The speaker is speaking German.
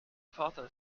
vater